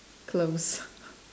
close